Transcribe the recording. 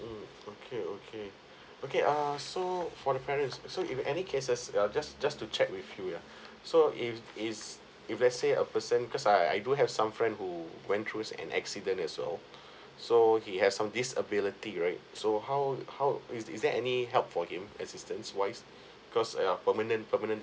mm okay okay okay ah so for the parents so if any cases uh just just to check with you yeah so if it's if let's say a person cause I I do have some friends who went throughs an accident as well so he have some disability right so how how is is there any help for him assistance wise because uh permanent permanent